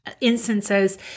instances